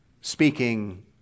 speaking